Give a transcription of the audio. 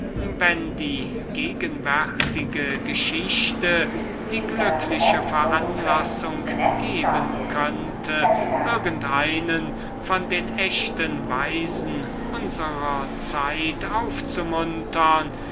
wenn diese gegenwärtige geschichte die glückliche veranlassung geben könnte irgend einen von den echten weisen unsrer zeit aufzumuntern